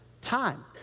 time